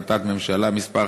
החלטת ממשלה מס'